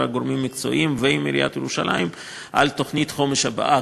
הגורמים המקצועיים ועם עיריית ירושלים על תוכנית החומש הבאה,